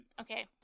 okay